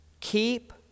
keep